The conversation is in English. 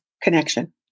Connection